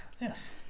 Yes